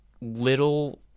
little